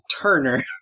Turner